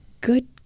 Good